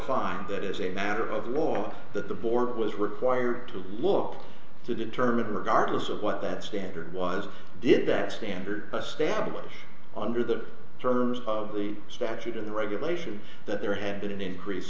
finds that as a matter of law that the board was required to look to determine regardless of what that standard was did that standard stablish under the terms of the statute in the regulations that there had been an increase